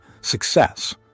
success